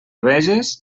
veges